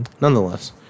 nonetheless